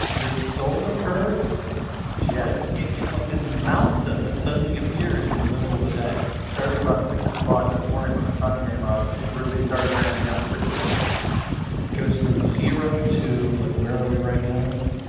this solar curve, it's just like. yes it's like this mountain that suddenly appears in the middle of the day starting about six o'clock this morning when the sun came up, it really started ramping up quickly it goes from zero to like, where are we right now?